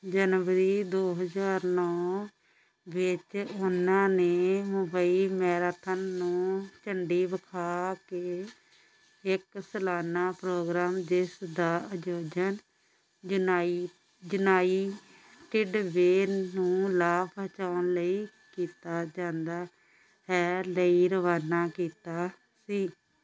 ਜਨਵਰੀ ਦੋ ਹਜ਼ਾਰ ਨੌ ਵਿੱਚ ਉਹਨਾਂ ਨੇ ਮੁੰਬਈ ਮੈਰਾਥਨ ਨੂੰ ਝੰਡੀ ਵਿਖਾ ਕੇ ਇੱਕ ਸਲਾਨਾ ਪ੍ਰੋਗਰਾਮ ਜਿਸ ਦਾ ਆਯੋਜਨ ਯੂਨਾਈ ਯੂਨਾਈਟਿਡ ਵੇਅ ਨੂੰ ਲਾਭ ਪਹੁੰਚਾਉਣ ਲਈ ਕੀਤਾ ਜਾਂਦਾ ਹੈ ਲਈ ਰਵਾਨਾ ਕੀਤਾ ਸੀ